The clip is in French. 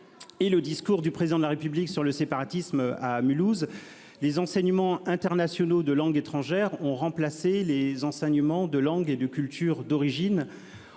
et le discours du Président de la République sur le séparatisme à Mulhouse, les enseignements internationaux de langues étrangères ont remplacé les enseignements de langues et de cultures d'origine.